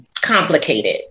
Complicated